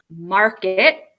market